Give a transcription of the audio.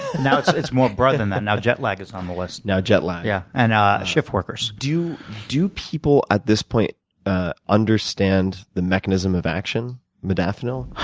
now it's it's more broad than that. now jet lag is on the list. now jet lag. yeah and ah shift workers. do do people at this point ah understand the mechanism of action, modafinil?